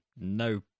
No